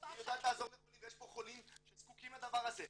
היא יודעת לעזור לחולים ויש פה חולים שזקוקים לדבר הזה.